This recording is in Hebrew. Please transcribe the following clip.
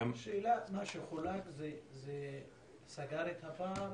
שאלה, מה שחולק זה סגר את הפער?